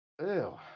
Ew